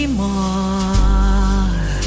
more